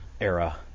era